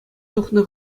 тухнӑ